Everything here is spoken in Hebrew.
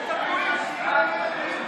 רוב מחירי החשמל האירופיים יותר גבוהים.